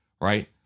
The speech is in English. right